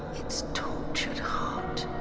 its tortured heart.